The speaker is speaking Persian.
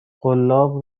قلاب